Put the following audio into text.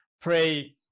pray